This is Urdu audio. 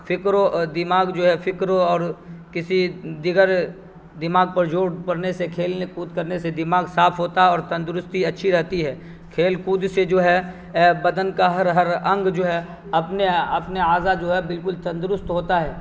فکر و دماغ جو ہے فکرو اور کسی دیگر دماغ پر جوڑ پڑنے سے کھیلنے کود کرنے سے دماغ صاف ہوتا ہے اور تندرستی اچھی رہتی ہے کھیل کود سے جو ہے بدن کا ہر ہر انگ جو ہے اپنے اپنے اعضاء جو ہے بالکل تندرست ہوتا ہے